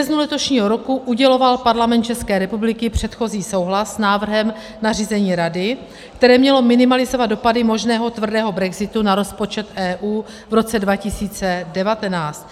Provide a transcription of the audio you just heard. V březnu letošního roku uděloval Parlament České republiky předchozí souhlas s návrhem nařízení Rady, které mělo minimalizovat dopady možného tvrdého brexitu na rozpočet EU v roce 2019.